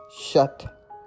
shut